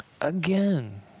Again